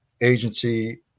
agency